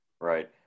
Right